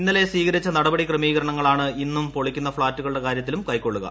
ഇന്നലെ സ്വീകരിച്ച നടപടി ക്രമീകരണങ്ങളാണ് ഇന്ന് പൊളിക്കുന്ന ഫ്ളാറ്റുകളുടെ കാര്യത്തിലും കൈര്ക്ക്കാള്ളുക